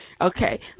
Okay